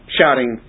shouting